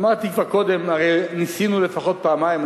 אמרתי כבר קודם, הרי ניסינו לפחות פעמיים.